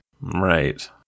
Right